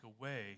away